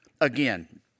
again